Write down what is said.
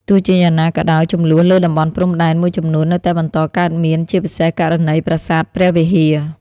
ទោះជាយ៉ាងណាក៏ដោយ ជម្លោះលើតំបន់ព្រំដែនមួយចំនួននៅតែបន្តកើតមាន ជាពិសេសករណី ប្រាសាទព្រះវិហារ។